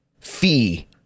fee